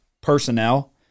personnel